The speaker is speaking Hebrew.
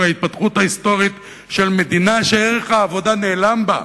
עם ההתפתחות ההיסטורית של מדינה שערך העבודה נעלם בה.